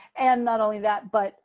and not only that, but